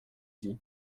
dit